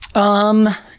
um,